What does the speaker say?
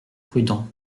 prudent